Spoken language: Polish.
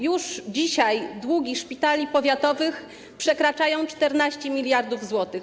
Już dzisiaj długi szpitali powiatowych przekraczają 14 mld zł.